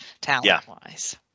talent-wise